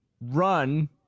run